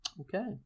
Okay